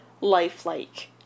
lifelike